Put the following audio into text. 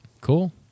cool